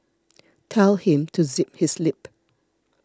tell him to zip his lip